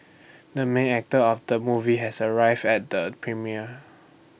the main actor of the movie has arrive at the premiere